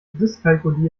dyskalkulie